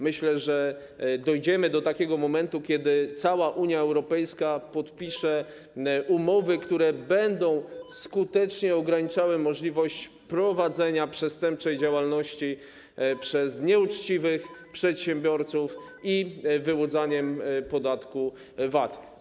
Myślę, że dojdziemy do takiego momentu, kiedy cała Unia Europejska podpisze umowy, które będą skutecznie ograniczały możliwość prowadzenia przestępczej działalności przez nieuczciwych przedsiębiorców i wyłudzania podatku VAT.